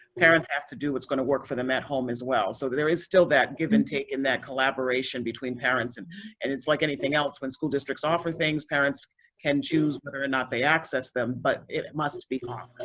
parents have to do what's going to work for them at home as well. so there is still that give and take and that collaboration between parents. and and it's like anything else, when school districts offer things, parents can choose whether but or and not they access them, but it it must be um